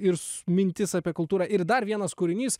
ir mintis apie kultūrą ir dar vienas kūrinys